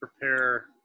prepare